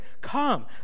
Come